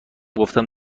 گفتم